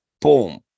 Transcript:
boom